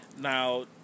Now